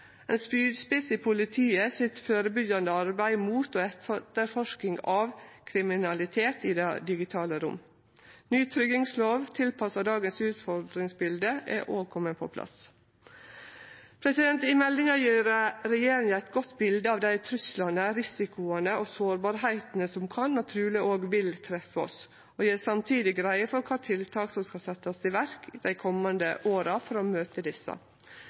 ein spydspiss i politiet sitt førebyggjande arbeid mot og etterforsking av kriminalitet i det digitale rommet. Ny tryggingslov tilpassa dagens utfordringsbilde er òg komen på plass. I meldinga gjev regjeringa eit godt bilde av dei trugslane, risikoane og sårbarheitene som kan og truleg òg vil treffe oss, og gjev samtidig greie for kva tiltak som skal setjast i verk dei komande åra for å møte desse.